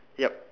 yup